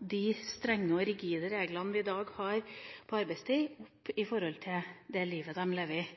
de strenge og rigide reglene vi har i dag for arbeidstid, til å gå opp med hensyn til det livet de lever.